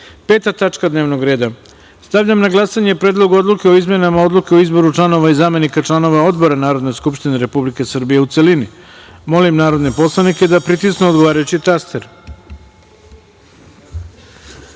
tačka dnevnog reda. Stavljam na glasanje Predlog odluke o izmenama Odluke o izboru članova i zamenika članova odbora Narodne skupštine Republike Srbije, u celini. Molim poslanike da pritisnu odgovarajući